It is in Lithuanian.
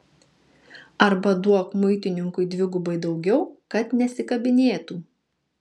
arba duok muitininkui dvigubai daugiau kad nesikabinėtų